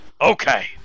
Okay